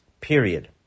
period